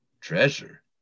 Treasure